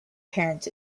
parents